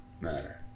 matter